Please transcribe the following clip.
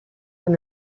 from